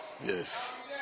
Yes